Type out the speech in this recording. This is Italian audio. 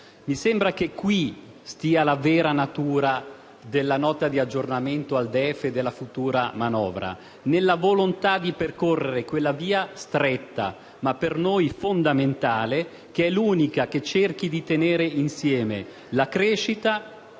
Mi sembra che la vera natura della Nota di aggiornamento al DEF e della futura manovra risieda proprio in questo, ovvero nella volontà di percorrere quella via stretta, ma per noi fondamentale, che è l'unica che cerchi di tenere insieme la crescita,